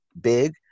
big